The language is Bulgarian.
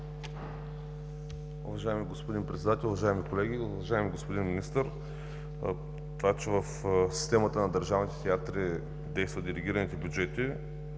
Уважаеми господин Председател, уважаеми колеги! Уважаеми господин министър, това че в системата на държавните театри действат делегираните бюджети